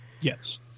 Yes